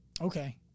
Okay